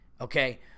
Okay